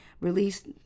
released